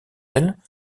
elles